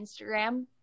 Instagram